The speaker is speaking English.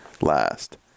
last